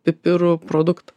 pipirų produktą